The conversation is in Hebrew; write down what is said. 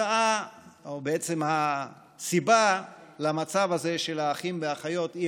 בעצם הסיבה למצב הזה של האחים והאחיות היא